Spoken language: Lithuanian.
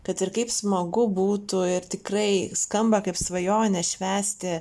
kad ir kaip smagu būtų ir tikrai skamba kaip svajonė švęsti